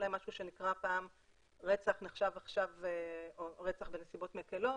אולי משהו שנקרא פעם רצח נחשב עכשיו רצח בנסיבות מקלות,